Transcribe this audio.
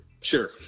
sure